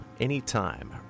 anytime